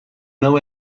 know